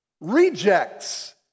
rejects